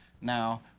now